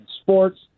sports